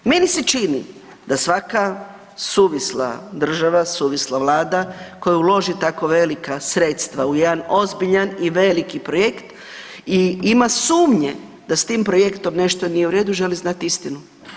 Meni se čini da svaka suvisla država, suvisla vlada koja uloži tako velika sredstva u jedan ozbiljan i veliki projekt i ima sumnje da s tim projektom nešto nije u redu, želi znat istinu.